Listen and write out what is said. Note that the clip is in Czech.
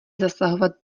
zasahovat